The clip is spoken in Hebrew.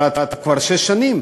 אבל כבר שש שנים,